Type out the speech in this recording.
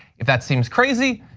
if that seems crazy,